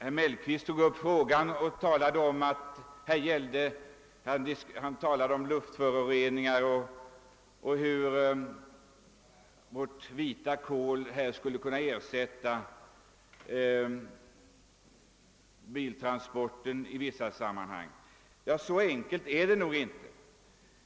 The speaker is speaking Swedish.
Herr Mellqvist talade om luftföroreningar och hur vårt vita kol i vissa sammanhang skulle kunna ersätta biltransporter, men så enkelt är det nog inte.